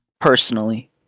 personally